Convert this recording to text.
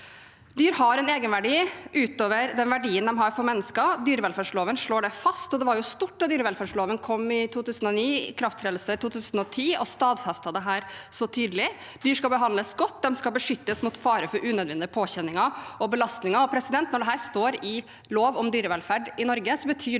Dyr har en egenverdi utover den verdien de har for mennesker. Dyrevelferdsloven slår det fast. Det var stort da dyrevelferdsloven kom i 2009 – den trådte i kraft i 2010 – og så tydelig stadfestet dette. Dyr skal behandles godt, og de skal beskyttes mot fare for unødvendige på kjenninger og belastninger. Når dette står i lov om dyrevelferd i Norge,